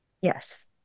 Yes